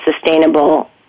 sustainable